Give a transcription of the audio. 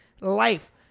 life